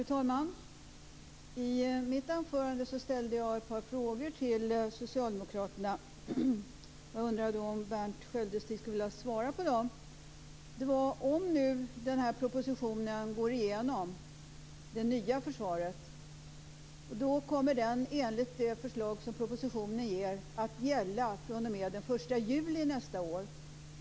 Fru talman! I mitt anförande ställde jag ett par frågor till socialdemokraterna. Jag undrar om Berndt Sköldestig skulle vilja svara på dem. Om nu den här propositionen om det nya Försvaret går igenom kommer den enligt det förslag som propositionen ger att gälla fr.o.m. den 1 juli nästa år.